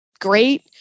great